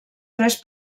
tres